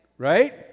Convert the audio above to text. Right